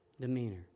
demeanor